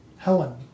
Helen